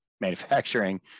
manufacturing